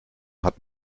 hat